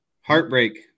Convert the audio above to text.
Heartbreak